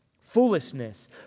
foolishness